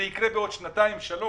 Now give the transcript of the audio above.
זה יקרה בעוד שנתיים שלוש.